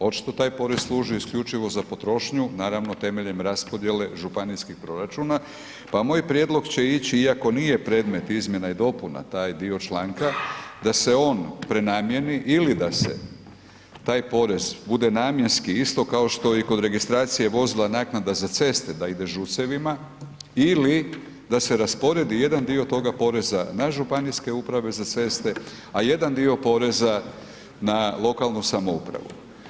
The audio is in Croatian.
Očito taj porez služi isključivo za potrošnju, naravno temeljem raspodjele županijskih proračuna, pa moj prijedlog će ići iako nije predmet izmjena i dopuna taj dio članka, da se on prenamijeni ili da se taj porez bude namjenski isto kao što i od registracije vozila naknada za ceste da ide ŽUC-evima ili da se rasporedi jedan dio toga poreza na županijske uprave za ceste, a jedan dio poreza na lokalnu samoupravu.